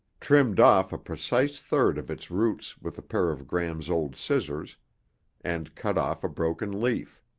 trimmed off a precise third of its roots with a pair of gram's old scissors and cut off a broken leaf.